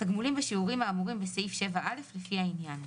תגמולים בשיעורים האמורים בסעיף 7(א), לפי העניין,